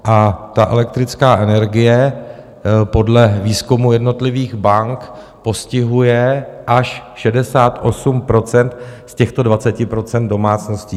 A ta elektrické energie podle výzkumu jednotlivých bank postihuje až 68 % těchto 20 % domácností.